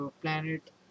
planet